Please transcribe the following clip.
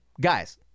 guys